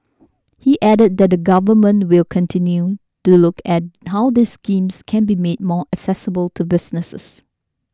he added that the Government will continue to look at how these schemes can be made more accessible to businesses